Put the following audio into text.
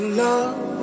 love